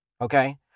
Okay